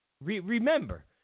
Remember